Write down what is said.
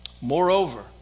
Moreover